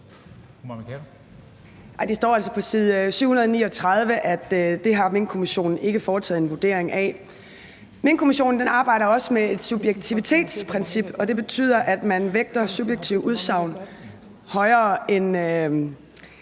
Det står altså på side 739, at det har Minkkommissionen ikke foretaget en vurdering af. Minkkommissionen arbejder også med et subjektivitetsprincip, og det betyder, at man her mere vægter subjektive udsagn højere end